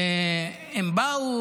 הם באו